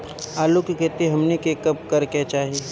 आलू की खेती हमनी के कब करें के चाही?